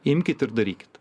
imkit ir darykit